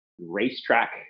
racetrack